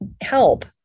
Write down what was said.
help